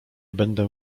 będę